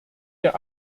der